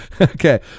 okay